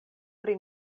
pri